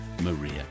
Maria